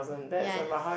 ya